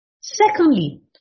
Secondly